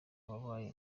wabaye